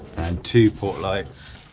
and two port lights,